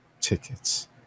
Tickets